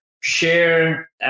share